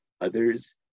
Others